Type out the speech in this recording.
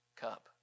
cup